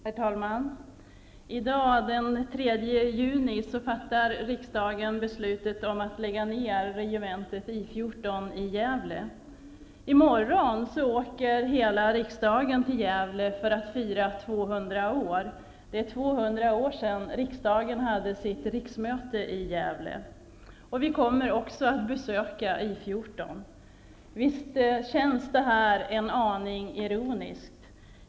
Herr talman! I dag, den 3 juni, fattar riksdagen beslut om att lägga ned regementet I 14 i Gävle. I morgon åker hela riksdagen till Gävle för att fira 200 år; det är nu 200 år sedan riksdagen hade sitt riksmöte i Gävle. Vi kommer också att besöka I 14. Visst känns det en aning ironiskt.